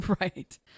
Right